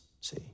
see